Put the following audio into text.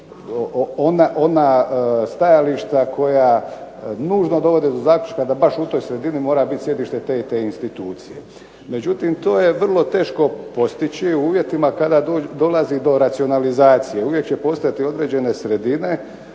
ona stajališta koja nužno dovode do zaključka da baš u toj sredini mora biti sjedište te i te institucije. Međutim, to je vrlo teško postići u uvjetima kada dolazi do racionalizacije. Uvijek će postojati određene sredine